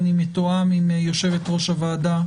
אני מתואם עם יושבת ראש הוועדה,